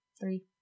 three